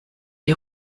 die